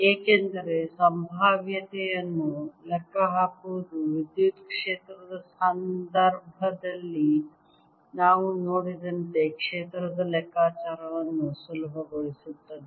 ಏಕೆಂದರೆ ಸಂಭಾವ್ಯತೆಯನ್ನು ಲೆಕ್ಕಹಾಕುವುದು ವಿದ್ಯುತ್ ಕ್ಷೇತ್ರದ ಸಂದರ್ಭದಲ್ಲಿ ನಾವು ನೋಡಿದಂತೆ ಕ್ಷೇತ್ರದ ಲೆಕ್ಕಾಚಾರವನ್ನು ಸುಲಭಗೊಳಿಸುತ್ತದೆ